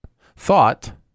thought